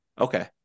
Okay